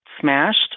smashed